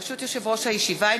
ברשות יושב-ראש הישיבה,